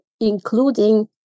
including